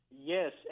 Yes